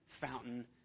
fountain